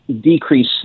decrease